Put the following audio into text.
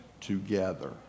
together